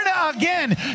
again